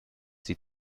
sie